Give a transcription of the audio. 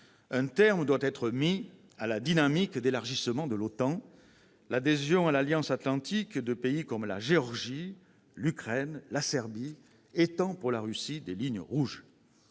un terme doit être mis à la dynamique d'élargissement de l'OTAN ; l'adhésion à l'Alliance atlantique de pays comme la Géorgie, l'Ukraine, la Serbie représente pour la Russie une ligne rouge.